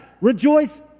Rejoice